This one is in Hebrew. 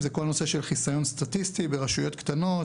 כל הנושא של חיסיון סטטיסטי ברשויות קטנות,